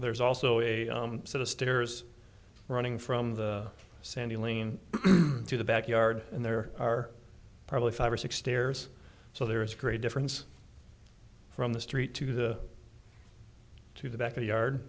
there's also a set of stairs running from the sandy lane to the back yard and there are probably five or six stairs so there is a great difference from the street to the to the back yard